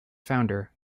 founder